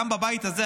גם בבית הזה,